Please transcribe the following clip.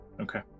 Okay